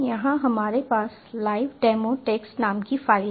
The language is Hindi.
यहां हमारे पास लाइव डेमोटेक्स्ट नाम की फाइल है